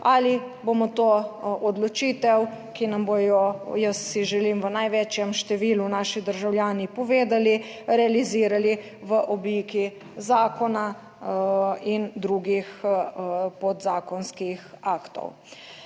ali bomo to odločitev, ki nam bodo, jaz si želim v največjem številu naši državljani povedali, realizirali v obliki zakona in drugih podzakonskih aktov.